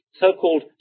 so-called